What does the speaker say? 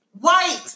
white